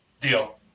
Deal